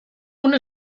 una